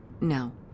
No